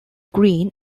green